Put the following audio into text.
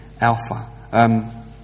alpha